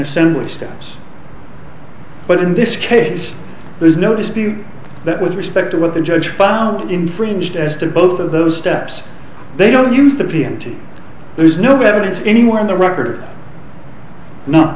essentially stamps but in this case there is no dispute that with respect to what the judge found infringed as to both of those steps they don't use the p m t there is no evidence anywhere in the record